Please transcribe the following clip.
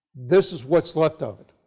this is what's left of it.